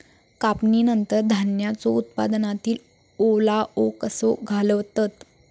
कापणीनंतर धान्यांचो उत्पादनातील ओलावो कसो घालवतत?